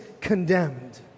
condemned